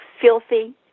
filthy